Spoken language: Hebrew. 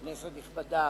כנסת נכבדה,